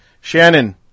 Shannon